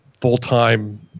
full-time